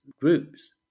groups